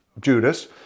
Judas